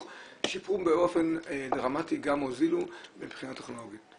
ששיפרו באופן דרמטי וגם הוזילו מבחינה טכנולוגית.